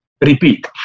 repeat